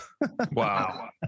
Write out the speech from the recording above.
Wow